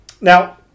Now